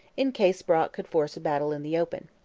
in case brock could force a battle in the open.